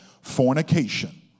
fornication